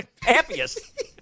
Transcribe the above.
happiest